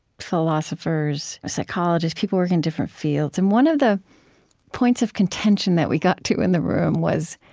philosophers, psychologists, people working in different fields. and one of the points of contention that we got to in the room was,